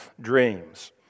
dreams